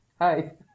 Hi